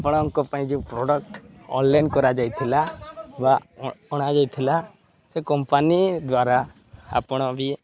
ଆପଣଙ୍କ ପାଇଁ ଯେଉଁ ପ୍ରଡ଼କ୍ଟ୍ ଅନ୍ଲାଇନ୍ କରାଯାଇଥିଲା ବା ଅଣାଯାଇଥିଲା ସେ କମ୍ପାନୀ ଦ୍ୱାରା ଆପଣ ବି